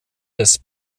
des